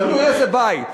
תלוי איזה בית.